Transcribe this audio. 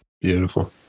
beautiful